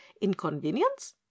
inconvenience